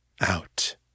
Out